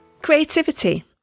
Creativity